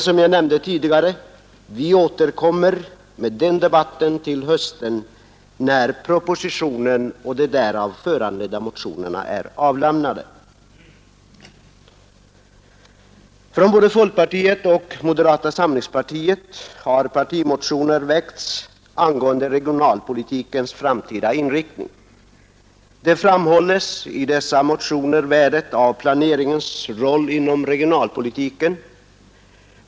Som jag nämnt tidigare, återkommer vi emellertid med den debatten till hösten, när propositionen och de därav föranledda motionerna är avlämnade. Från både folkpartiet och moderata samlingspartiet har partimotioner väckts angående regionalpolitikens framtida inriktning. I dessa motioner framhålles värdet av planering inom regionalpolitiken.